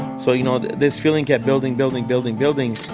so, you know, this feeling kept building, building, building, building.